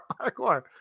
parkour